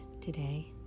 Today